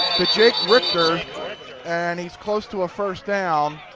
to jake richter and he's close to a first down.